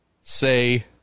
say